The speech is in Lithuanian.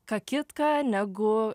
ką kitką negu